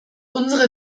unsere